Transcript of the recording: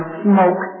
smoke